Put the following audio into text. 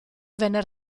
venne